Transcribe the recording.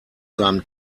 seinem